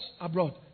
abroad